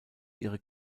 ihre